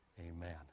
amen